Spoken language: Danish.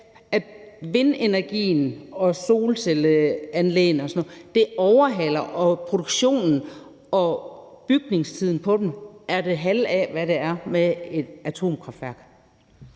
at vindenergi og solcelleanlæg og sådan noget overhaler produktionen, og byggeperioden for dem er det halve af, hvad det er for et atomkraftværk.